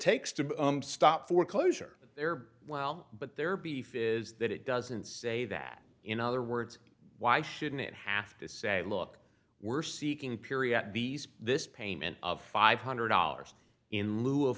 takes to stop foreclosure there well but their beef is that it doesn't say that in other words why shouldn't it have to say look we're seeking piriac b s this payment of five hundred dollars in lieu of